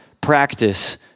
practice